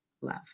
love